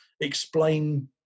explain